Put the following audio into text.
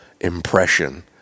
impression